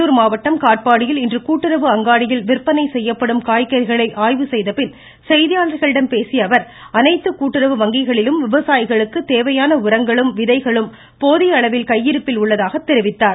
வேலூர் மாவட்டம் காட்பாடியில் இன்று கூட்டுறவு அங்காடியில் விற்பனை செய்யப்படும் காய்கறிகளை ஆய்வு செய்த பின் செய்தியாளர்களிடம் பேசிய அவர் அனைத்து கூட்டுறவு வங்கிகளிலும் விவசாயிகளுக்கு தேவையான உரங்களும் விதைகளும் போதிய அளவில் கையிருப்பில் உள்ளதாக தெரிவித்தார்